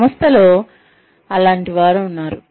సంస్థలో అలాంటి వారు ఉన్నారు